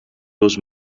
was